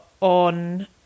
on